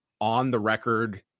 on-the-record